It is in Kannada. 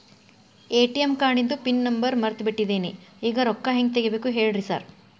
ಎ.ಟಿ.ಎಂ ಕಾರ್ಡಿಂದು ಪಿನ್ ನಂಬರ್ ಮರ್ತ್ ಬಿಟ್ಟಿದೇನಿ ಈಗ ರೊಕ್ಕಾ ಹೆಂಗ್ ತೆಗೆಬೇಕು ಹೇಳ್ರಿ ಸಾರ್